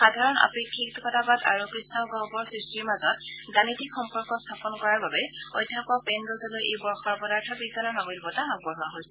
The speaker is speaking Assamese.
সাধাৰণ আপেক্ষিকতাবাদ আৰু কৃষ্ণগহুৰ সৃষ্টিৰ মাজত গাণিতিক সম্পৰ্ক স্থাপন কৰাৰ বাবে অধ্যাপক পেনৰজলৈ এই বৰ্ষৰ পদাৰ্থ বিজ্ঞানৰ নবেল বঁটা আগবঢ়োৱা হৈছে